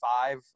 five